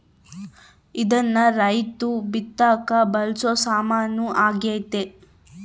ಇದ್ನ ರೈರ್ತು ಬಿತ್ತಕ ಬಳಸೊ ಸಾಮಾನು ಆಗ್ಯತೆ